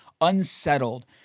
unsettled